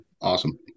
Awesome